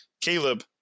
Caleb